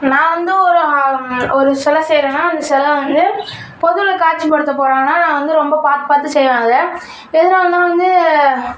நான் வந்து ஒரு ஒரு சில செய்கிறேன்னா அந்த சில வந்து பொதுவில் காட்சிப்படுத்தப்போகிறாங்கன்னா நான் வந்து ரொம்ப பார்த்து பார்த்து செய்வேன் அதை எதனாலன்னா வந்து